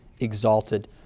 exalted